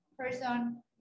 person